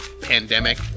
pandemic